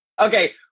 Okay